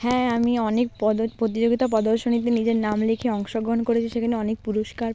হ্যাঁ আমি অনেক প্রতিযোগিতা প্রদর্শনীতে নিজের নাম লিখে অংশগ্রহণ করেছি সেখানে অনেক পুরস্কার